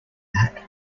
that